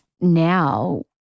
now